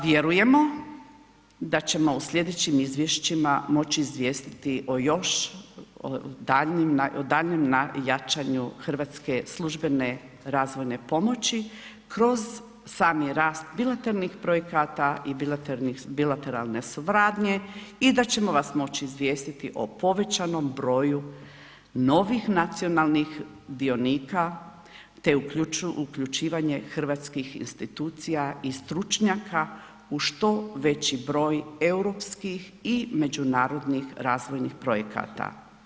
Vjerujemo da ćemo u slijedećim izvješćima moći izvijestiti o još daljnjem jačanju hrvatske službene razvojne pomoći kroz sam rast bilateralnih projekata i bilateralne suradnje i da ćemo vas moći izvijestiti o povećanom broju novih nacionalnih dionika te uključivanje hrvatskih institucija i stručnjaka u što veći broj europskih i međunarodnih razvojnih projekata.